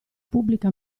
pubblica